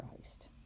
Christ